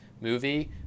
movie